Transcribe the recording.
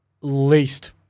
least